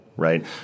Right